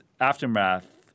aftermath